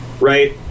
right